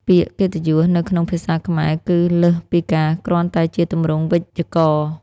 ពាក្យកិត្តិយសនៅក្នុងភាសាខ្មែរគឺលើសពីការគ្រាន់តែជាទម្រង់វេយ្យាករណ៍។